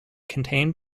contain